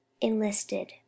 Enlisted